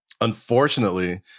unfortunately